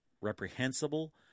reprehensible